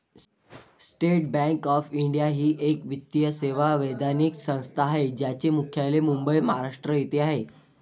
state Bank of India ही एक वित्तीय सेवा वैधानिक संस्था आहे ज्याचे मुख्यालय मुंबई, महाराष्ट्र येथे आहे